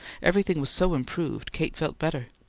everything was so improved, kate felt better.